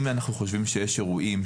אם אנחנו חושבים שיש אירועים,